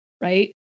right